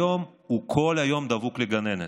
היום הוא כל היום דבוק לגננת.